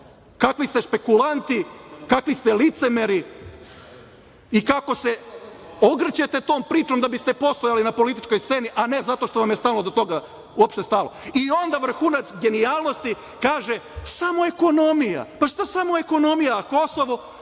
kakvi ste špekulanti, kakvi ste licemeri i kako se ogrćete tom pričom da biste postojali na političkoj sceni zato što vam je stalo do toga, uopšte stalo.I, onda vrhunac genijalnosti, kaže – samo ekonomija. Pa, šta samo ekonomija, a Kosovo?